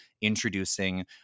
Introducing